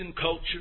culture